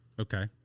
Okay